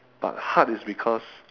but hard is because